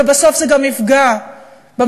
ובסוף זה גם יפגע במדינה,